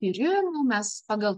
tyrimų mes pagal